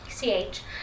CH